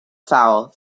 foul